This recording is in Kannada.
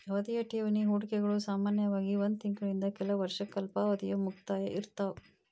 ಅವಧಿಯ ಠೇವಣಿ ಹೂಡಿಕೆಗಳು ಸಾಮಾನ್ಯವಾಗಿ ಒಂದ್ ತಿಂಗಳಿಂದ ಕೆಲ ವರ್ಷಕ್ಕ ಅಲ್ಪಾವಧಿಯ ಮುಕ್ತಾಯ ಇರ್ತಾವ